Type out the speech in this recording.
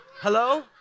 Hello